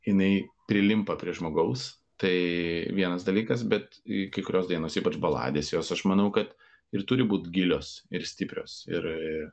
jinai prilimpa prie žmogaus tai vienas dalykas bet kai kurios dainos ypač baladės jos aš manau kad ir turi būt gilios ir stiprios ir